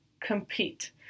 compete